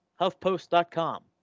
HuffPost.com